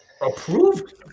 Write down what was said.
Approved